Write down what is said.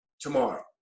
tomorrow